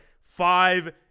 five